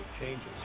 changes